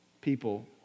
people